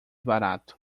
barato